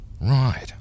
Right